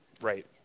Right